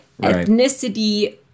ethnicity